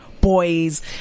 boys